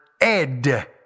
ed